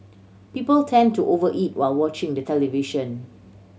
people tend to over eat while watching the television